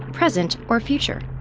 present, or future.